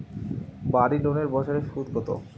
বাড়ি লোনের বছরে সুদ কত?